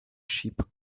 sheep